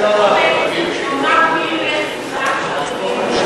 לומר כאילו יש שנאת חרדים,